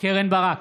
קרן ברק,